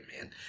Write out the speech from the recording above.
man